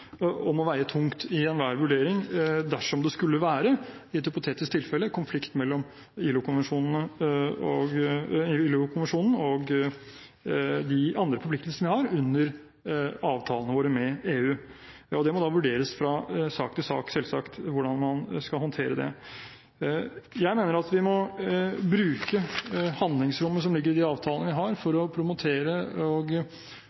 veie tungt i enhver vurdering dersom det i et hypotetisk tilfelle skulle være konflikt mellom ILO-konvensjonen og de andre forpliktelsene vi har under avtalene våre med EU. Det må da selvsagt vurderes fra sak til sak hvordan man skal håndtere det. Jeg mener at vi må bruke handlingsrommet som ligger i de avtalene vi har, for å promotere og